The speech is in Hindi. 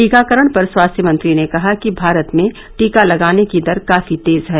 टीकाकरण पर स्वास्थ्य मंत्री ने कहा कि भारत में टीका लगाने की दर काफी तेज है